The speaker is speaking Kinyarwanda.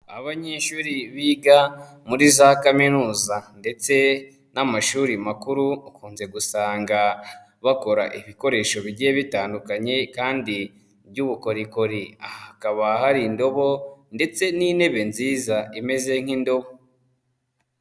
Abanyeshuri biga muri za kaminuza ndetse n'amashuri makuru ukunze gusanga bakora ibikoresho bigiye bitandukanye kandi by'ubukorikori, aha hakaba hari indobo ndetse n'intebe nziza imeze nk'indobo.